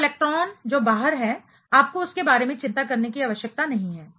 तो इलेक्ट्रॉन जो बाहर है आपको उसके बारे में चिंता करने की आवश्यकता नहीं है